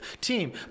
team